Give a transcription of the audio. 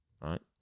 right